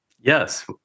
Yes